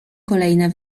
kolejne